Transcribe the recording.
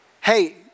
hey